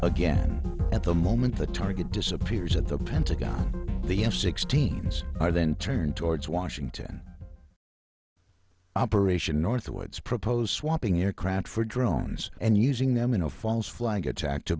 again at the moment the target disappears at the pentagon the f sixteen s are then turned towards washington operation northwoods proposed swapping aircraft for drones and using them in a false flag attack to